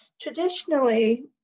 traditionally